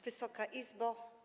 Wysoka Izbo!